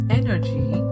energy